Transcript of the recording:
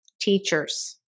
teachers